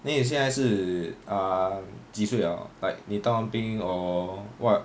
then 你现在是 um 几岁了 like 你当完兵 or what